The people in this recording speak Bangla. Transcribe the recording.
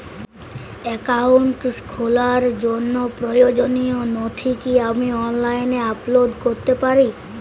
অ্যাকাউন্ট খোলার জন্য প্রয়োজনীয় নথি কি আমি অনলাইনে আপলোড করতে পারি?